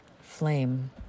flame